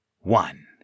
one